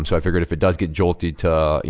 um i figured if it does get jolty to, you